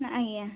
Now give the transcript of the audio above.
ନା ଆଜ୍ଞା